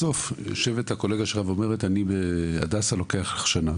בסוף יושבת הקולגה אומרת לך שבהדסה זה לוקח שנה.